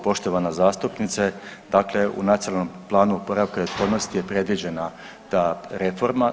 Poštovana zastupnice, dakle u Nacionalnom planu oporavka i otpornosti je predviđena ta reforma.